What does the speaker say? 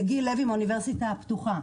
יגיל לוי מהאוניברסיטה הפתוחה.